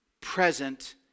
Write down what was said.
present